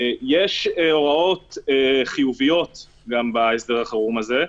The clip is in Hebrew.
יש הוראות חיוביות גם בהסדר החירום הזה,